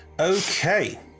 Okay